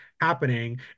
happening